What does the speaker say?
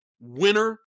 winner